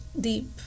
deep